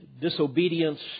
disobedience